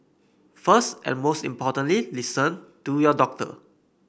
first and most importantly listen to your doctor